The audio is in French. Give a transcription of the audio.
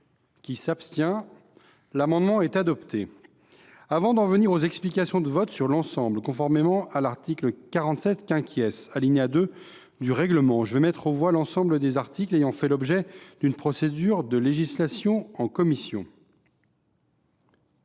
que le vote sur l’article 17 est réservé. Avant d’en venir aux explications de vote sur l’ensemble, conformément à l’article 47, alinéa 2, du règlement, je vais mettre aux voix l’ensemble des articles ayant fait l’objet de la procédure de législation en commission,